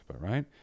right